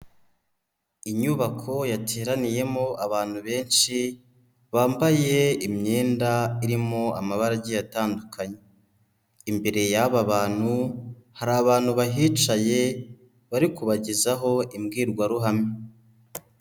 Inyubako yateraniyemo abantu benshi, bambaye imyenda irimo amabara agiye atandukanye. Imbere y'aba bantu, hari abantu bahicaye bari kubagezaho imbwirwaruhame.